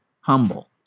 humble